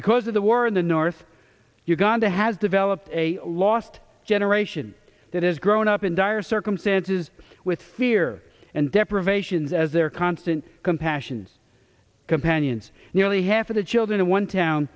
because of the war in the north uganda has developed a lost generation that has grown up in dire circumstances with fear and deprivations as their constant compassions companions nearly half of the children in one town